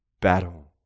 battle